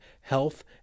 health